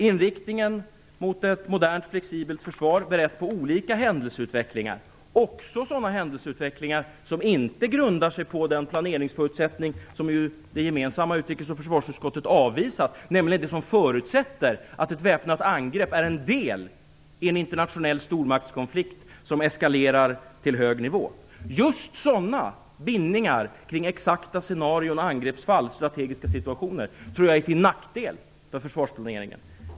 Inriktningen var ett modernt och flexibelt försvar berett på olika typer av händelseutveckling, också sådan händelseutveckling som inte grundas på den planeringsförutsättning som utrikesutskottet och försvarsutskottet gemensamt avvisar - nämligen det som förutsätter att ett väpnat angrepp är en del i en internationell stormaktskonflikt som eskalerar till hög nivå. Just sådana bindningar kring exakta scenarion och angreppsfall - det gäller strategiska situationer - tror jag är till nackdel för försvarsplaneringen.